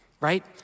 right